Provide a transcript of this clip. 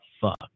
fuck